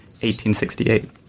1868